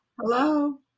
Hello